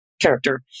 character